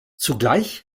zugleich